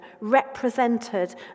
represented